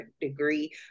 degree